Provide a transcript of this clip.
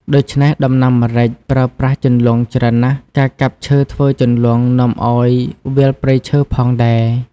ដូច្នេះដំណាំម្រេច ប្រើប្រាស់ជន្លង់ ច្រើនណាស់ ការកាប់ឈើធ្វើជន្លង់នាំឱ្យវាលព្រៃឈើផងដែរ។